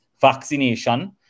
vaccination